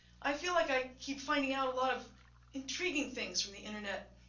i feel like i keep finding out a lot of intriguing things from the internet